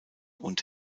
und